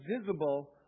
visible